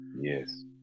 Yes